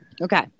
okay